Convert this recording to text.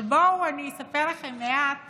אבל בואו אני אספר לכם מעט